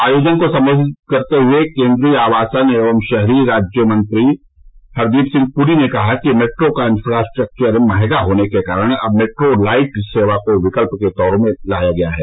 आयोजन को सम्बोधित करते हुये केन्फ्रीय आवासन एवं शहरी राज्य मंत्री हरदीप सिंह पूरी ने कहा कि मेट्रो का इंफ्रास्ट्रक्वर मंहगा होने के कारण अब मेट्रो लाइट सेवा को विकल्प के रूप में लाया गया है